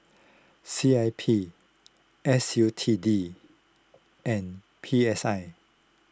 C I P S U T D and P S I